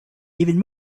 even